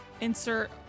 Insert